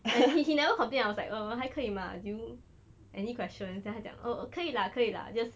and he he he never complain I was like uh 还可以 mah do you any questions then 他讲 oh 可以 lah 可以 lah just